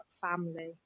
family